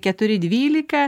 keturi dvylika